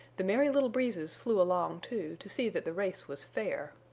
the merry little breezes flew along, too, to see that the race was fair.